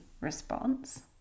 response